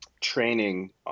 training